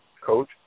coach